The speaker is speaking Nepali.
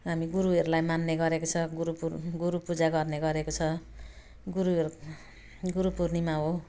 हामी गुरुहरूलाई मान्ने गरेको छ गुरु पूर् गुरु पूजा गर्ने गरेको छ गुरुहरू गुरु पूर्णिमा हो